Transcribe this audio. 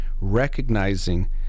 recognizing